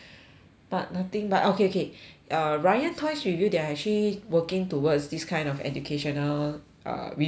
but nothing but okay okay err ryan toys review they are actually working towards these kind of educational uh review as well